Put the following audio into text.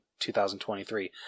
2023